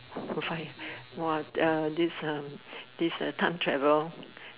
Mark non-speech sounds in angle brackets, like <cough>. <noise> !wah! uh this uh this uh time travel